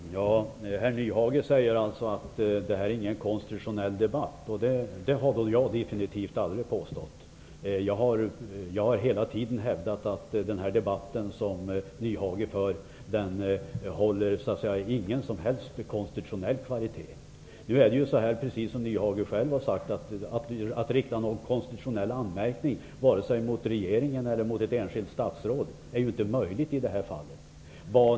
Herr talman! Herr Nyhage säger att det här är ingen konstitutionell debatt, och det har jag definitivt aldrig påstått heller. Jag har hela tiden hävdat att den debatt som Nyhage för inte håller någon som helst konstitutionell kvalitet. Precis som Nyhage själv har sagt, är det inte möjligt i det här fallet att rikta någon konstitutionell anmärkning mot vare sig regeringen eller ett enskilt statsråd.